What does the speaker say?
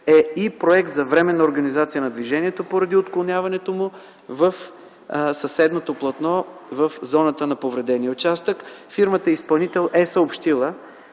и Проект за временна организация на движението, поради отклоняването му в съседното платно в зоната на повредения участък. Фирмата изпълнител е съобщила,